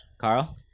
Carl